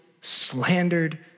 slandered